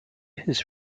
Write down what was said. his